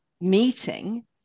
meeting